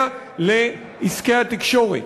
הקשור לעסקי התקשורת,